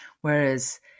Whereas